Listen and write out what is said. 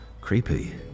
creepy